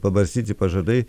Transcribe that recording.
pabarstyti pažadai